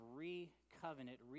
re-covenant